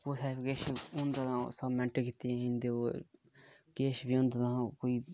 कुसै बी किश होंदा ते मैण्ट किते दे आई जंदे न